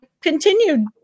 continued